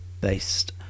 based